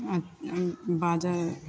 बाजै